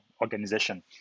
organization